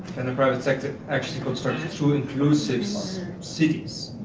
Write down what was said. and the private sector actually construct to to inclusive so cities?